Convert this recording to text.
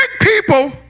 people